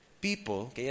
people